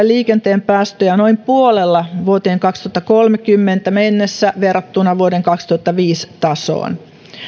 liikenteen päästöjä noin puolella vuoteen kaksituhattakolmekymmentä mennessä verrattuna vuoden kaksituhattaviisi tasoon